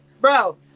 bro